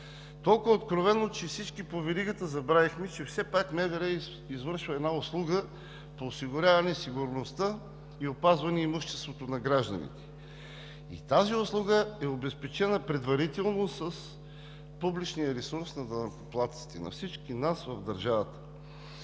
Толкова откровено, че всички по веригата забравихме, че все пак МВР извършва една услуга по отношение на сигурността и опазване имуществото на гражданите. И тази услуга предварително е обезпечена с публичния ресурс на данъкоплатците, на всички нас в държавата.